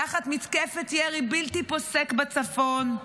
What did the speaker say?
תחת מתקפת ירי בלתי פוסק בצפון,